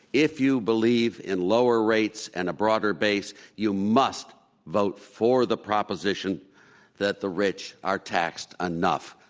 if you believe in lower rates and a broader base, you must vote for the proposition that the rich are taxed enough.